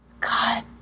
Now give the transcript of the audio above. God